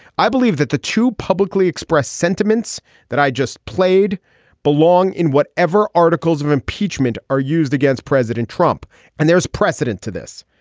i believe that the two publicly expressed sentiments that i just played belong in whatever articles of impeachment are used against president trump and there is precedent to this.